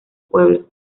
pueblo